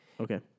Okay